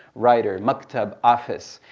writer. maktab, office.